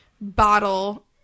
bottle